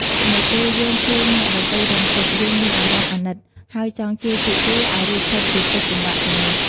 នៅពេលយើងឃើញអ្នកដទៃរងទុក្ខ យើងមានអារម្មណ៍អាណិត ហើយចង់ជួយពួកគេឱ្យរួចផុតពីទុក្ខលំបាកទាំងនោះ។